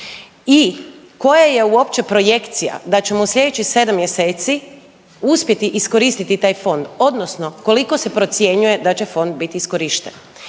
I koja je uopće projekcija da ćemo u slijedećih 7 mjeseci uspjeti iskoristiti taj fond odnosno koliko se procjenjuje da će fond biti iskorišten?